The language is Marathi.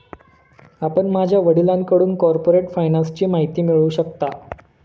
आपण माझ्या वडिलांकडून कॉर्पोरेट फायनान्सची माहिती मिळवू शकता